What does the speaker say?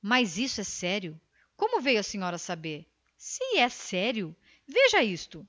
mas isso é sério como veio a senhora a saber se é sério veja isto